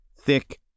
thick